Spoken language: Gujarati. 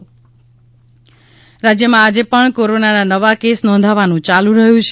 કોરોના અપડેટ રાજ્યમાં આજે પણ કોરોનાના નવા કેસ નોંધાવાનું યાલુ રહ્યું છે